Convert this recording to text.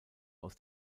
aus